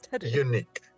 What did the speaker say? unique